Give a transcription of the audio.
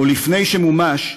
או לפני שמומש,